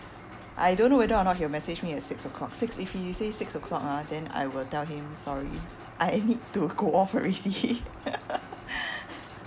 I don't know whether or not he will message me at six o'clock six if he say six o'clock ah then I will tell him sorry I need to go off already